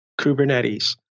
Kubernetes